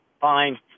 fine